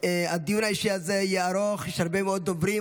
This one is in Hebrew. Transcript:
הדיון האישי הזה יהיה ארוך, יש הרבה מאוד דוברים.